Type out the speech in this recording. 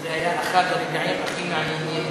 וזה היה אחד הרגעים הכי מעניינים